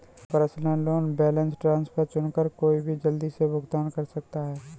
personal loan balance transfer चुनकर कोई भी जल्दी से भुगतान कर सकता है